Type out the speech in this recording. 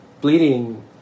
bleeding